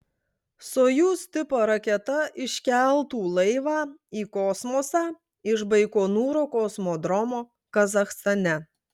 sojuz tipo raketa iškeltų laivą į kosmosą iš baikonūro kosmodromo kazachstane